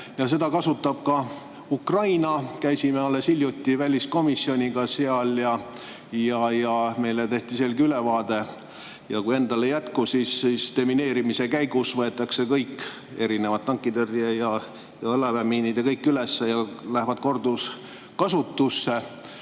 ja neid kasutab ka Ukraina. Käisime alles hiljuti väliskomisjoniga seal ja meile anti selge ülevaade. Kui endal ei jätku, siis demineerimise käigus võetakse erinevad tankitõrje‑ ja jalaväemiinid üles ja lähevad korduskasutusse.